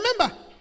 remember